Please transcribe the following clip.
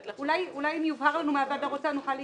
אולי אם יובהר לנו מה הוועדה רוצה, נוכל להתייחס.